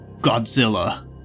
Godzilla